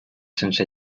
sense